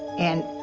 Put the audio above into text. and